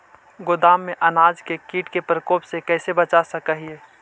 गोदाम में हम अनाज के किट के प्रकोप से कैसे बचा सक हिय?